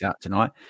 tonight